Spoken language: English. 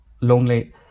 lonely